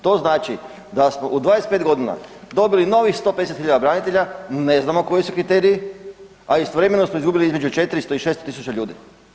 To znači da smo u 25 godina dobili novih 150 hiljada branitelja, ne znamo koji su kriteriji, a istovremeno smo izgubili između 400 i 600 tisuća ljudi.